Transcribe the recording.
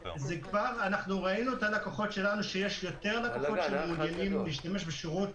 ראינו שיש יותר לקוחות שמעוניינים להשתמש בשירות,